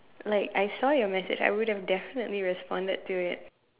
like I saw your message I would have definitely responded to it